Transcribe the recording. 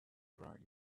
throughout